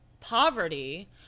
poverty